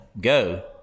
go